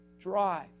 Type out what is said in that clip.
drive